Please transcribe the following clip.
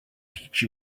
teach